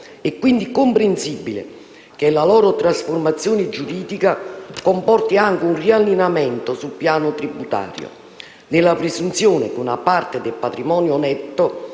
È quindi comprensibile che la loro trasformazione giuridica comporti anche un riallineamento sul piano tributario, nella presunzione che una parte del patrimonio netto